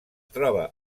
troba